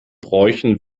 bräuchen